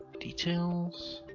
details.